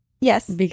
Yes